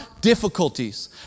difficulties